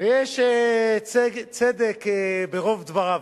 ויש צדק ברוב דבריו.